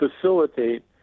facilitate